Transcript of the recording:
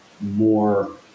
more